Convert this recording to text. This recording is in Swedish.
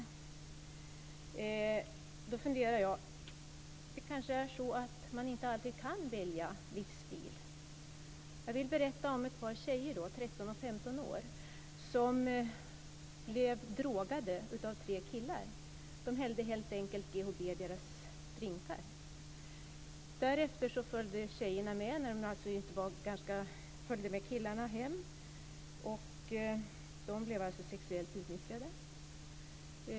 Jag har funderat över att det kanske inte alltid är så att man kan välja livsstil. Jag vill berätta om ett par tjejer, 13 och 15 år, som blev drogade av tre killar. De hällde helt enkelt GHB i tjejernas drinkar. Därefter följde tjejerna med killarna hem och de blev alltså sexuellt utnyttjade.